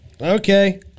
Okay